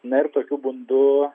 na ir tokiu būdu